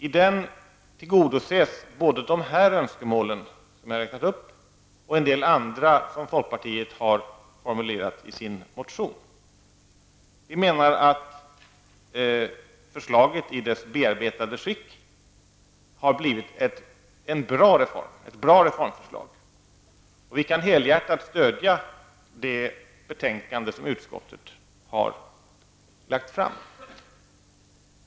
I den tillgodoses både de önskemål som jag här räknat upp och en del andra som folkpartiet har formulerat i sin motion. Vi menar att förslaget i sin bearbetade form har blivit ett bra reformförslag, och vi kan helhjärtat stödja det betänkande som utskottet har framlagt.